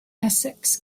essex